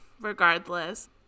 regardless